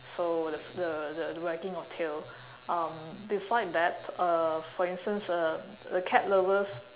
so the the the wagging of tail um beside that uh for instance uh the cat lovers